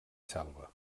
selva